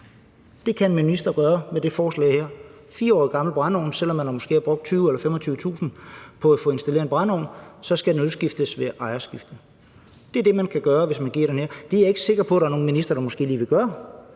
Det kan en minister gøre med det forslag her – en 4 år gammel brændeovn. Selv om man måske har brugt 20.000 kr. eller 25.000 kr. på at få installeret en brændeovn, så skal den udskiftes ved ejerskifte. Det er det, man kan gøre, hvis vi vedtager den her. Det er jeg ikke sikker på at der er nogle ministre der måske lige vil gøre,